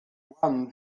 won